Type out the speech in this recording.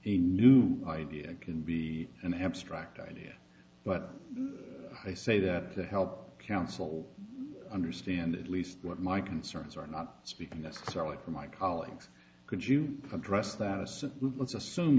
a new idea can be an abstract idea but i say that they help counsel understand at least what my concerns are not speaking necessarily for my colleagues could you address that as